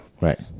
Right